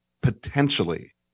potentially